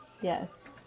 Yes